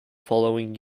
following